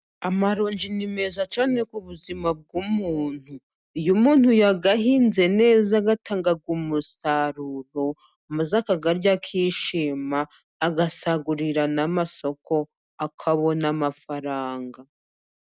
Amaronji ni meza cyane ku buzima bw'umuntu, iyo umuntu yayahinze neza atanga umusaruro, maze akayarya akishima agasagurira n'amasoko, akabona amafaranga.